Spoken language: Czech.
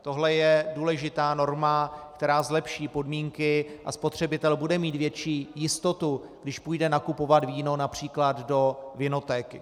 Tohle je důležitá norma, která zlepší podmínky, a spotřebitel bude mít větší jistotu, když půjde nakupovat víno například do vinotéky.